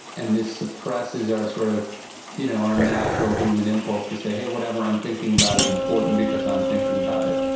and this suppresses our sort of you know our natural human impulse to say, hey, whatever i'm thinking about is important because i'm thinking about it.